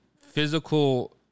physical